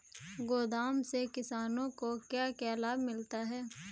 गोदाम से किसानों को क्या क्या लाभ मिलता है?